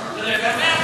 אני חייבת לומר,